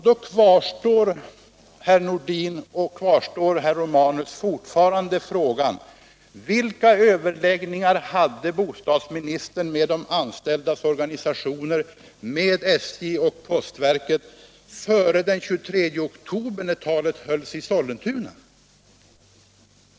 Då kvarstår, herrar Nordin och Romanus, fortfarande frågan: Vilka överläggningar hade bostadsministern fört med de anställdas organisationer samt med SJ och postverket före den 23 oktober när talet hölls i Sollentuna?